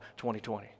2020